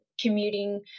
commuting